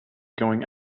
going